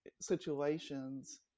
situations